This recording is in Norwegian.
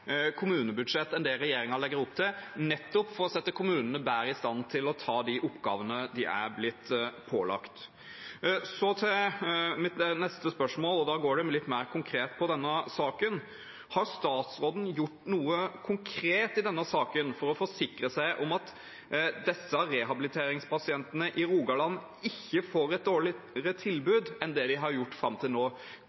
kommunebudsjett enn det regjeringen legger opp til, nettopp for å sette kommunene bedre i stand til å ta de oppgavene de er blitt pålagt. Så til mitt neste spørsmål, og da går det litt mer konkret på denne saken: Har statsråden gjort noe konkret i denne saken for å forsikre seg om at disse rehabiliteringspasientene i Rogaland ikke får et dårligere